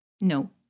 No